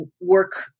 work